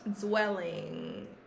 dwelling